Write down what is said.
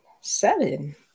seven